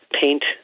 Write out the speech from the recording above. paint